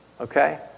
okay